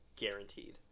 guaranteed